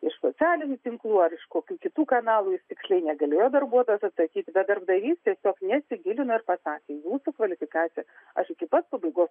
iš socialinių tinklų ar iš kokių kitų kanalų tiksliai negalėjo darbuotojas atsakyti bet darbdavys tiesiog nesigilino ir pasakė jūsų kvalifikacija aš iki pat pabaigos